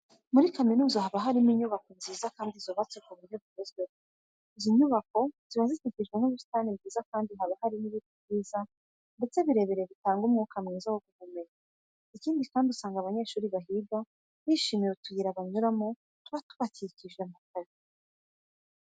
Muri kaminuza haba harimo inyubako nziza kandi zubatse ku buryo bugezweho. Izi nyubako ziba zikikijwe n'ubusitani bwiza kandi haba hari n'ibiti byiza ndetse birebire bitanga umwuka mwiza wo guhumeka. Ikindi kandi, usanga abanyeshuri bahiga bishimira utuyira banyuramo tuba twubakishije amapave.